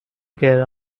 care